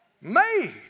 made